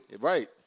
right